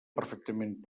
perfectament